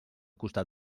costat